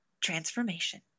transformation